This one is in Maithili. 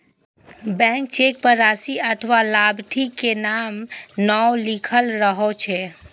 ब्लैंक चेक पर राशि अथवा लाभार्थी के नाम नै लिखल रहै छै